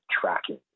tracking